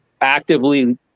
actively